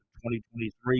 2023